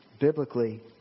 Biblically